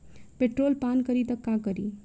Petrol पान करी त का करी?